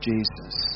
Jesus